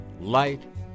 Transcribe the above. light